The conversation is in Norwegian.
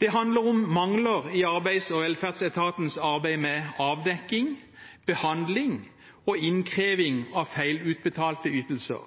Det handler om mangler i Arbeids- og velferdsetatens arbeid med avdekking, behandling og innkreving av feilutbetalte ytelser.